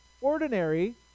Ordinary